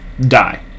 die